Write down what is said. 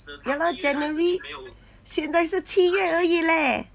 ya lor january 现在是七月而已 leh